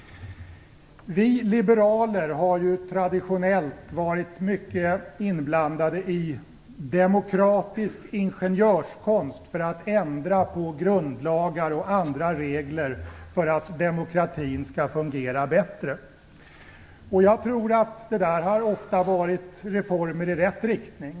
Vi liberaler har traditionellt varit mycket inblandade i demokratisk ingenjörskonst för att ändra på grundlagar och andra regler så att demokratin skall fungera bättre. Det har ofta varit reformer i rätt riktning.